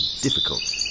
difficult